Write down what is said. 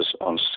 on